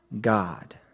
God